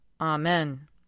Amen